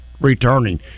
returning